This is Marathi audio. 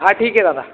हा ठीक आहे दादा